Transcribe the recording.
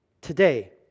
Today